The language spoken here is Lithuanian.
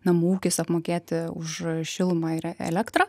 namų ūkis apmokėti už šilumą ir elektrą